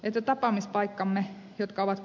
itetapaamispaikkamme jotka ovat